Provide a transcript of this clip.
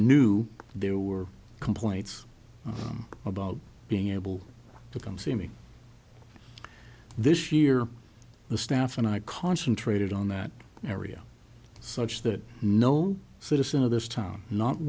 knew there were complaints about being able to come see me this year the staff and i concentrated on that area such that no citizen of this town not